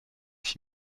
fit